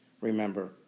remember